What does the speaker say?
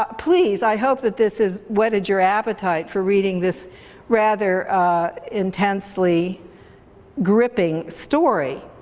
but please, i hope that this has whetted your appetite for reading this rather intensely gripping story.